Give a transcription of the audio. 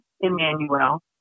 Emmanuel